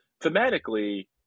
Thematically